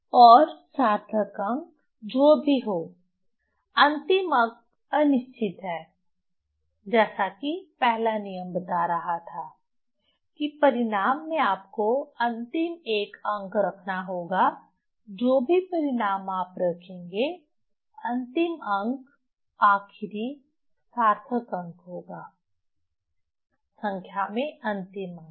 और सार्थक अंक जो भी हो अंतिम अंक अनिश्चित है जैसा कि पहला नियम बता रहा था कि परिणाम में आपको अंतिम एक अंक रखना होगा जो भी परिणाम आप रखेंगे अंतिम अंक आखिरी सार्थक अंक होगा संख्या में अंतिम अंक